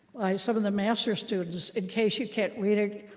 some of the master's students. in case you can't read it,